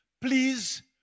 Please